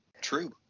True